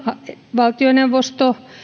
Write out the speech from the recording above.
valtioneuvosto